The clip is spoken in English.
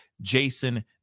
Jason